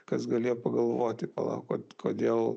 kas galėjo pagalvoti vat kodėl